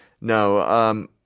No